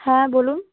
হ্যাঁ বলুন